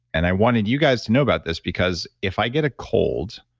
and i wanted you guys to know about this because, if i get a cold,